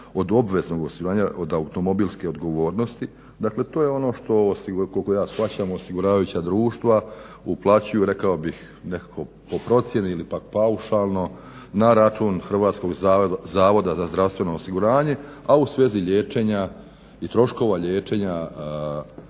od obveznog osiguranja, od automobilske odgovornosti. Dakle, to je ono što, koliko ja shvaćam osiguravajuća društva uplaćuju rekao bih nekako po procjeni ili paušalno na račun Hrvatskog zavoda za zdravstveno osiguranje, a u svezi liječenja i troškova liječenja